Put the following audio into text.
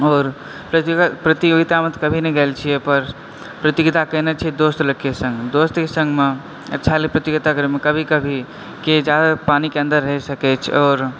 आओर प्रतियोगितामे तऽ कभी नहि गेल छियै पर प्रतियोगिता केनय छियै दोस्त लोगके सङग दोस्तके सङगमे अच्छा लगय प्रतियोगिता करयमे कभी कभीके जादा देर पानीके अंदर रही सकैत छै आओर